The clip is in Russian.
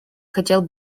хотел